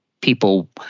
people